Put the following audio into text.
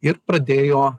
ir pradėjo